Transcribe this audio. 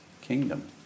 kingdom